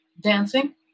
Dancing